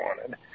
wanted